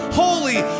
holy